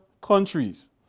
countries